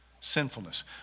sinfulness